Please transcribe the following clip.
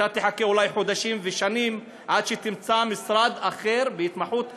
ואתה תחכה אולי חודשים ושנים עד שתמצא משרד אחר להתמחות השנייה,